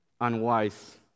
Unwise